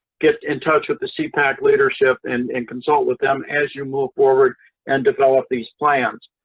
get in touch with the sepac leadership and and consult with them as you move forward and develop these plans.